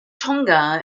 tonga